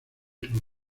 luque